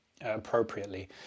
appropriately